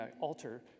altar